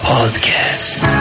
Podcast